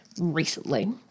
recently